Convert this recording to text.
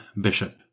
Bishop